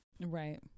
right